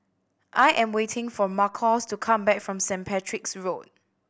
I am waiting for Marcos to come back from St Patrick's Road